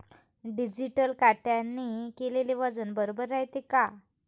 Digital काट्याने केलेल वजन बरोबर रायते का?